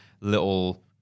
little